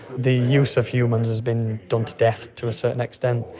the use of humans has been done to death to a certain extent,